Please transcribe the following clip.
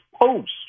post